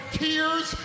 tears